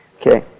Okay